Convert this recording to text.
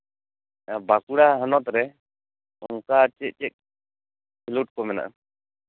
ᱵᱟᱸᱠᱩᱲᱟ ᱦᱚᱱᱚᱛᱨᱮ ᱚᱱᱠᱟ ᱪᱮᱫ ᱪᱮᱫ ᱠᱷᱮᱞᱳᱰ ᱠᱚ ᱢᱮᱱᱟᱜᱼᱟ